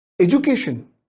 education